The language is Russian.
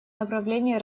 направлении